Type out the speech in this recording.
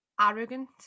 arrogant